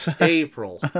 april